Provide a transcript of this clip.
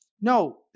No